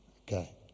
Okay